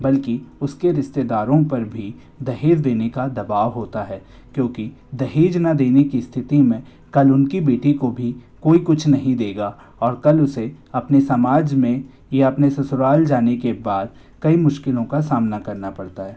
बल्कि उसके रिश्तेदारों पर भी दहेज देने का दबाव होता है क्योंकि दहेज ना देने की स्थिति में कल उनकी बेटी को भी कोई कुछ नहीं देगा और कल उसे अपने समाज में या अपने ससुराल जाने के बाद कई मुश्किलों का सामना करना पड़ता है